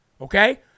Okay